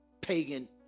pagan